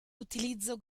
utilizzo